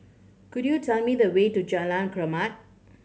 could you tell me the way to Jalan